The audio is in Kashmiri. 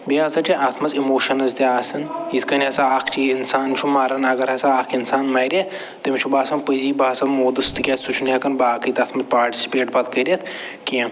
بیٚیہِ ہَسا چھِ اَتھ منٛز اِموشنٕز تہِ آسان یِتھ کٔنۍ ہَسا اکھ چیٖز اِنسان چھُ مَران اگر ہَسا اکھ اِنسان مَرِ تٔمِس چھُ باسان پٔزی بہٕ ہسا موٗدُس تِکیٛازِ سُہ چھُنہٕ ہٮ۪کان باقٕے تتھ منٛز پاٹسِپیٹ پتہٕ کٔرِتھ کیٚنٛہہ